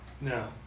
No